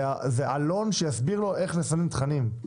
זה עלון שיסביר לו איך לסנן תכנים,